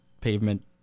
pavement